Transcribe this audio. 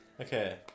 Okay